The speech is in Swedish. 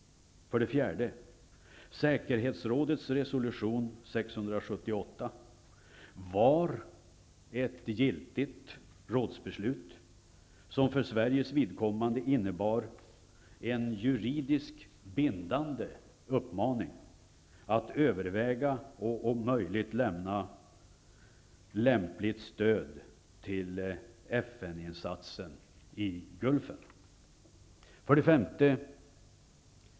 4. Säkerhetsrådets resolution 678 var ett giltigt rådsbeslut, som för Sveriges vidkommande innebar en juridiskt bindande uppmaning att överväga och om möjligt lämna lämpligt stöd till FN-insatsen i 5.